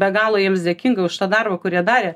be galo jiems dėkinga už tą darbą kur jie darė